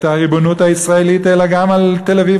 הריבונות הישראלית אלא גם על תל-אביב,